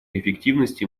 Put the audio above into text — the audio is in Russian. эффективности